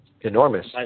Enormous